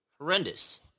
Horrendous